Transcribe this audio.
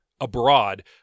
abroad